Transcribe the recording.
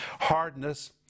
Hardness